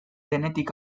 denetik